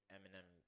Eminem